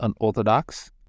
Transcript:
Unorthodox